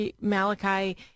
malachi